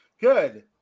good